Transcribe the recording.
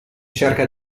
cerca